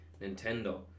Nintendo